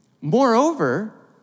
Moreover